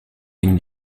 gegen